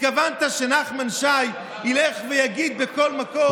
התכוונת שנחמן שי ילך ויגיד בכל מקום,